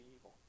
evil